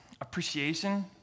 appreciation